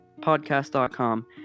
Podcast.com